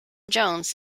jones